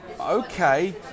okay